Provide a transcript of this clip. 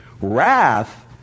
Wrath